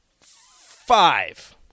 five